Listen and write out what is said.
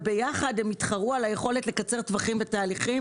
ויחד הם יתחרו על היכולת לקצר טווחים ותהליכים,